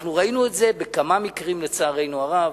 ראינו את זה בכמה מקרים, לצערנו הרב,